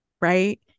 Right